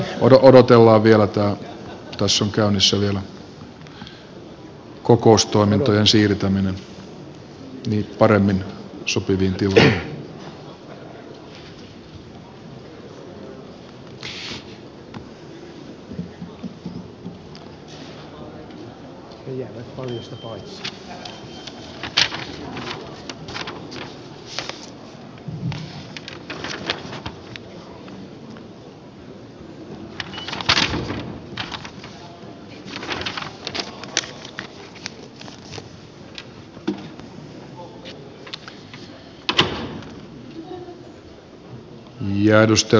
odotellaan vielä tässä on käynnissä vielä kokoustoimintojen siirtäminen paremmin sopiviin tiloihin